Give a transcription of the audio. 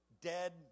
dead